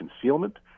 concealment